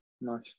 nice